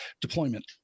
deployment